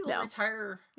retire